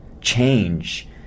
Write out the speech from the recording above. Change